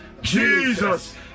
Jesus